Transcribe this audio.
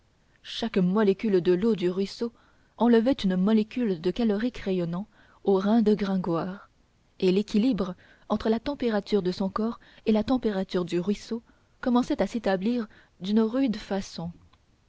chaque molécule de l'eau du ruisseau enlevait une molécule de calorique rayonnant aux reins de gringoire et l'équilibre entre la température de son corps et la température du ruisseau commençait à s'établir d'une rude façon